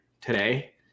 today